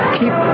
keep